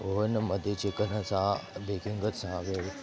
हो न मध्ये चिकन असा बेकिंगच हवे